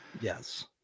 Yes